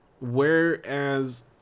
Whereas